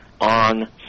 on